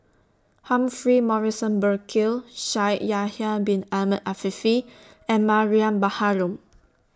Humphrey Morrison Burkill Shaikh Yahya Bin Ahmed Afifi and Mariam Baharom